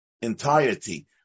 entirety